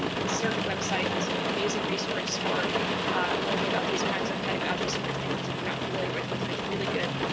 um the serc website is an amazing resource for learning about these kinds of pedagogy. so if they're things that you're not familiar with, but there's really good